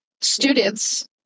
students